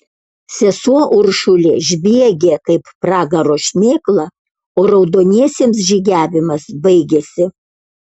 sesuo uršulė žviegė kaip pragaro šmėkla o raudoniesiems žygiavimas baigėsi